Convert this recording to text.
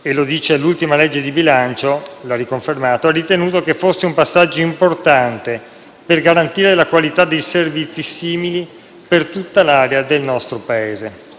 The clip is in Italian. - e l'ultima legge di bilancio lo ha riconfermato - si è ritenuto che fosse un passaggio importante per garantire una qualità di servizi simile per tutta l'area del nostro Paese.